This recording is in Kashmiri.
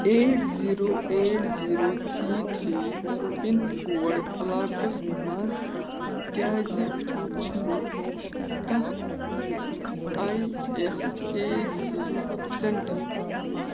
eight zero eight zero three three pin code علاقس مَنٛز کیٛازِ چھِنہٕ کانٛہہ I S A C centre